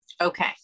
Okay